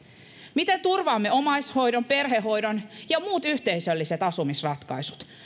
miten turvaamme omaishoidon perhehoidon ja muut yhteisölliset asumisratkaisut